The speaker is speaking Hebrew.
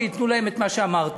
שיעבירו להם את מה שאמרתי.